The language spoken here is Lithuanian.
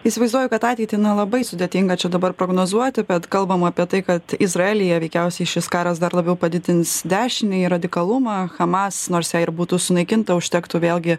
įsivaizduoju kad ateitį na labai sudėtinga čia dabar prognozuoti bet kalbam apie tai kad izraelyje veikiausiai šis karas dar labiau padidins dešinįjį radikalumą hamas nors jei ir būtų sunaikinta užtektų vėlgi